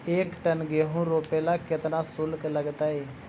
एक टन गेहूं रोपेला केतना शुल्क लगतई?